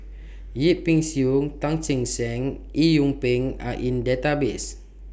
Yip Pin Xiu Tan Che Sang and Eng Yee Peng Are in The Database